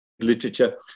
literature